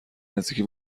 نزدیکی